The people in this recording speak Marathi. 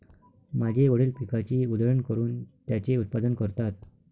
माझे वडील पिकाची उधळण करून त्याचे उत्पादन करतात